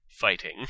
fighting